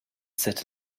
sit